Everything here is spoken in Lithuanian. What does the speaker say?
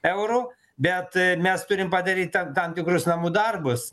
eurų bet mes turim padaryti ta tam tikrus namų darbus